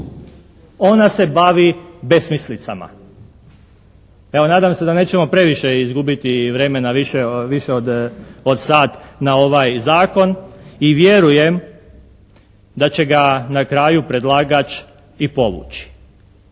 ona se bavi besmislicama. Evo, nadam se da nećemo previše izgubiti vremena više od sat na ovaj zakon i vjerujem da će ga na kraju predlagač i povući.